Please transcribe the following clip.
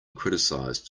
criticized